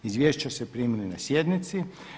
Izvješća ste primili na sjednici.